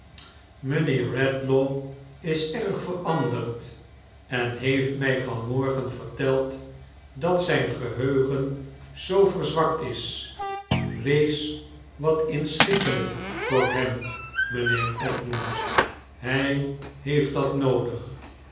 mijnheer bedlaw is erg veranderd ea heeft mij van morgen verteld dat zijn geheugen zoo verzwakt is wees wat iaschikkelijk voor hem mijnheer edmund hij heeft dat nopdig